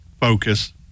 focus